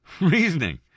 Reasoning